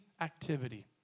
activity